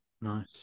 nice